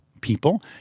people